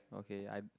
okay I